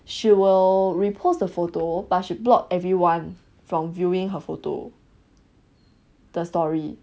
she will repost the photo but she block everyone from viewing her photo the story